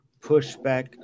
pushback